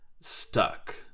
stuck